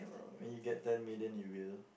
I mean you get ten million you will